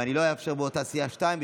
ואני לא אאפשר מאותה סיעה שניים,